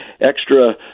extra